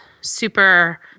super